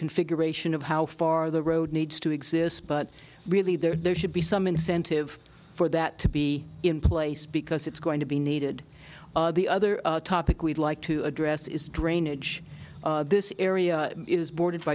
configuration of how far the road needs to exist but really there should be some incentive for that to be in place because it's going to be needed the other topic we'd like to address is drainage this area is bor